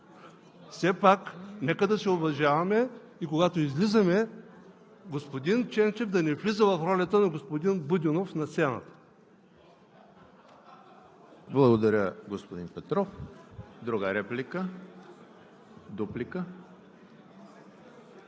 Все пак нека да се уважаваме и когато излизаме, господин Ченчев да не влиза в ролята на господин Будинов на сцената. ПРЕДСЕДАТЕЛ ЕМИЛ ХРИСТОВ: Благодаря, господин Петров. Друга реплика? Дуплика